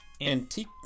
Antique